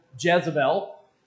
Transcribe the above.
Jezebel